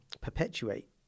perpetuate